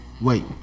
Wait